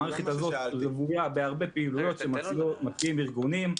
המערכת הזאת רוויה בהרבה פעילויות שמציעים ארגונים,